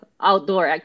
outdoor